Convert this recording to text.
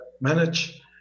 manage